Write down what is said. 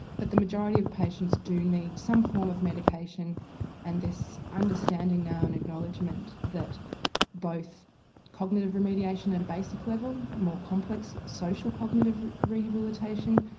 but the majority of patients do need some form of medication and this understanding now and acknowledgement that both cognitive remediation at a basic level, more complex social cognitive rehabilitation,